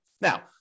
Now